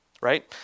Right